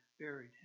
buried